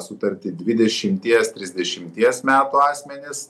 sutartį dvidešimties trisdešimties metų asmenys